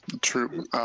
True